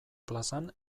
plazan